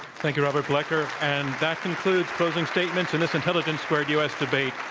thank you, robert blecker. and that concludes closing statements in this intelligence squared u. s. debate,